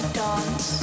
dance